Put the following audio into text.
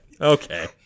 okay